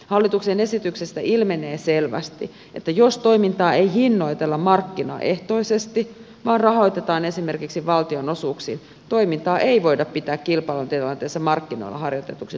hallituksen esityksestä ilmenee selvästi että jos toimintaa ei hinnoitella markkinaehtoisesti vaan rahoitetaan esimerkiksi valtionosuuksin toimintaa ei voida pitää kilpailutilanteessa markkinoilla harjoitettuna toimintana